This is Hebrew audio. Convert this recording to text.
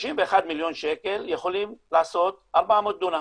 ב-91 מיליון שקל יכולים לעשות 400 דונם.